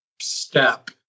step